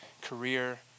career